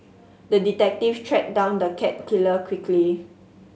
the detective tracked down the cat killer quickly